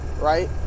right